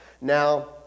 now